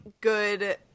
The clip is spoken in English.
good